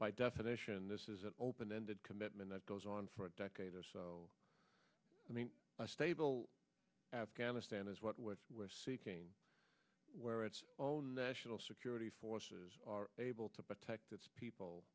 by definition this is an open ended commitment that goes on for a decade or so i mean a stable afghanistan is what we're seeking where its own national security forces are able to protect its people